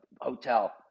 hotel